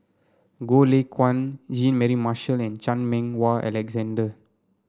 Goh Lay Kuan Jean Mary Marshall and Chan Meng Wah Alexander